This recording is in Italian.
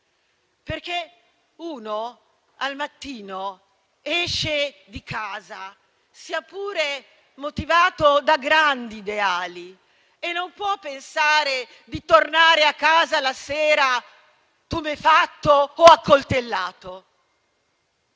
perché uno che al mattino esce di casa, sia pure motivato da grandi ideali, non può pensare di tornare a casa la sera, tumefatto o accoltellato.